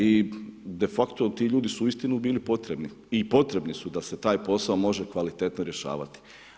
I de facto, ti ljudi su uistinu bili potrebni i potrebni su da se taj posao može kvalitetno rješavati.